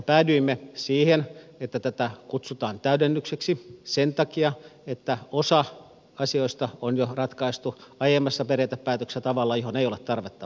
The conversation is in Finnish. päädyimme siihen että tätä kutsutaan täydennykseksi sen takia että osa asioista on jo ratkaistu aiemmassa periaatepäätöksessä tavalla johon ei ole tarvetta palata